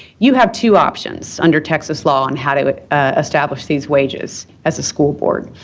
you have two options under texas law and how to establish these wages as a school board.